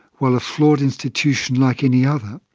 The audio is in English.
while a flawed institution like any other,